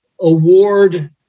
award